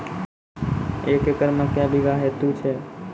एक एकरऽ मे के बीघा हेतु छै?